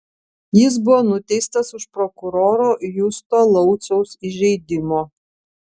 jis buvo nuteistas už prokuroro justo lauciaus įžeidimo